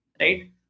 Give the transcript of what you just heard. right